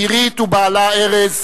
אירית ובעלה ארז,